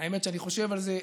האמת, כשאני חושב על זה,